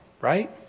right